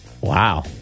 Wow